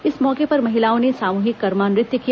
इस मौके पर महिलाओं ने सामूहिक कर्मा नृत्य किया